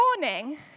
morning